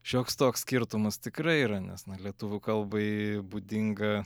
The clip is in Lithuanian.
šioks toks skirtumas tikrai yra nes lietuvių kalbai būdinga